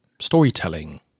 storytelling